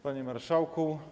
Panie Marszałku!